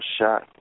shot